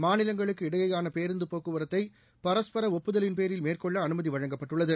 மாநிலங்களுக்கு இடையேயான பேருந்து போக்குவரத்தை பரஸ்பர ஒப்புதலின்பேரில் மேற்கொள்ள அனுமதி வழங்கப்பட்டுள்ளது